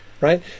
right